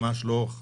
ממש לא.